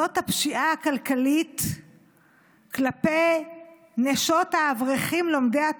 זאת הפשיעה הכלכלית כלפי נשות האברכים לומדי התורה,